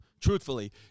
truthfully